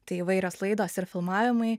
tai įvairios laidos ir filmavimai